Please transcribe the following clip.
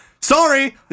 Sorry